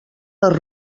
les